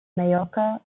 majorca